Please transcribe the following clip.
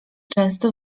często